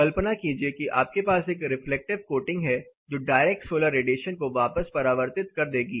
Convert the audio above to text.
कल्पना कीजिए कि आपके पास एक रिफ्लेक्टिव कोटिंग है जो डायरेक्ट सोलर रेडिएशन को वापस परावर्तित कर देगी